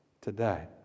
today